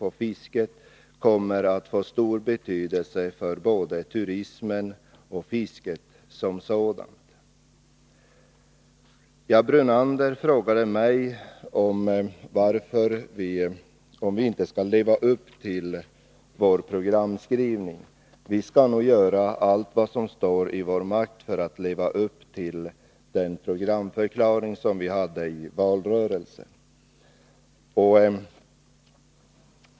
på fisket kommer att få stor betydelse för både turismen och fisket som sådant. Lennart Brunander frågade om vi kommer att leva upp till vår programskrivning. Jag vill svara att vi skall göra allt vad som står i vår makt för att leva upp till den programförklaring vi gav i valrörelsen.